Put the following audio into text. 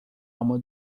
alma